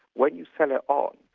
when you sell it on,